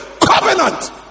covenant